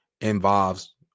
involves